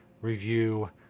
review